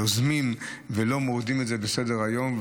יוזמים, ולא מורידים את זה מסדר-היום.